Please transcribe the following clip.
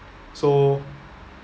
so